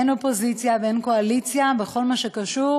אין אופוזיציה ואין קואליציה בכל מה שקשור